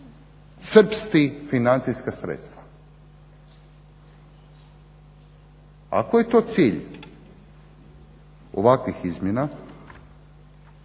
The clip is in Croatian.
crpsti financijska sredstva. Ako je to cilj ovakvih izmjena,